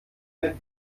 mit